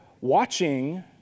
watching